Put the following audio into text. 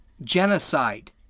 genocide